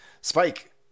Spike